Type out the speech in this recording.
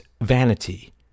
vanity